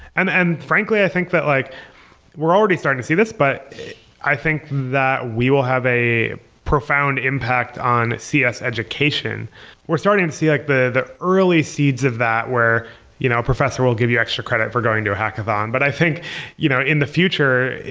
and and frankly, i think that like we're we're already starting to see this, but i think that we will have a profound impact on cs education we're starting to see like the the early seeds of that where you know a professor will give you extra credit for going to a hackathon. but i think you know in the future,